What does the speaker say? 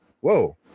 Whoa